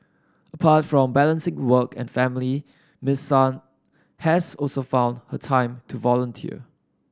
apart from balancing work and family Miss Sun has also found a time to volunteer